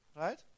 Right